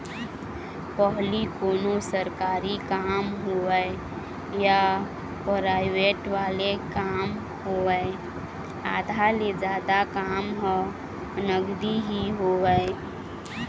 पहिली कोनों सरकारी काम होवय या पराइवेंट वाले काम होवय आधा ले जादा काम ह नगदी ही होवय